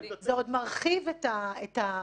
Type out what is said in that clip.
מה עמדתך?